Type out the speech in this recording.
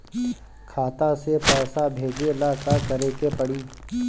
खाता से पैसा भेजे ला का करे के पड़ी?